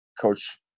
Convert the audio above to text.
Coach